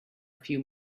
few